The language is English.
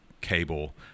cable